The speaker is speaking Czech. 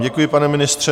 Děkuji vám, pane ministře.